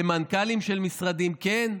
של מנכ"לים של משרדים כן?